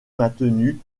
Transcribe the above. maintenue